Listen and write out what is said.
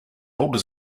older